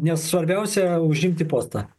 nes svarbiausia užimti postą